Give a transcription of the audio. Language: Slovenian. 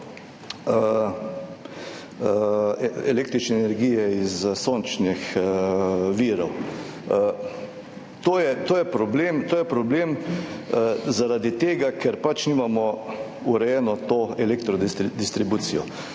električne energije iz sončnih virov. To je problem zaradi tega, ker pač nimamo urejene te elektrodistribucije.